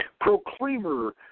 proclaimer